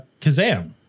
Kazam